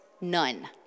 None